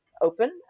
open